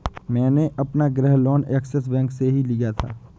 मैंने अपना गृह लोन ऐक्सिस बैंक से ही लिया था